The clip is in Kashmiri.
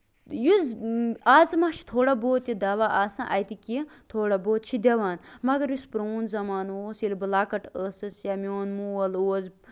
یُس آز مہ چھُ تھوڑا بہت یہِ دوا آسان اَتہِ کینہہ تھوڑا بہت چھُ دِوان مَگر یُس پرون زَمانہٕ اوس ییٚلہِ بہٕ لۄکٕٹ ٲسٕس یا میون مول اوس